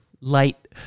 light